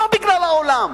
לא בגלל העולם.